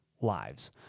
lives